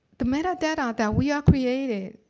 the metadata that we are created,